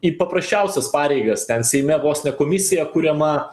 į paprasčiausius pareigas ten seime vos ne komisija kuriama